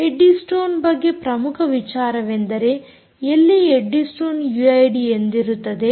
eddy stone ಬಗ್ಗೆ ಪ್ರಮುಖ ವಿಚಾರವೆಂದರೆ ಅಲ್ಲಿ ಎಡ್ಡಿ ಸ್ಟೋನ್ ಯೂಐಡಿ ಎಂದಿರುತ್ತದೆ